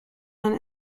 man